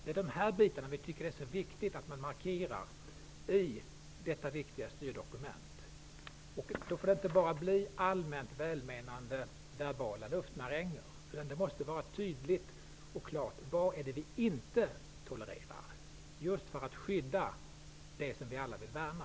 Vi tycker att det är viktigt att de här sakerna markeras i detta viktiga styrdokument. Men då får det inte bara bli allmänt välmenande verbala luftmaränger, utan det måste framgå tydligt och klart vad det är som vi inte tolererar, just för att vi skall kunna skydda det som vi alla vill värna.